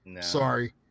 Sorry